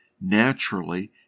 naturally